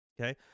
okay